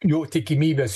jo tikimybės